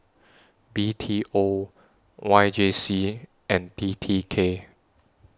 B T O Y J C and T T K